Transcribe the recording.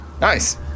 nice